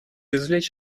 извлечь